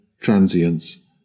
transience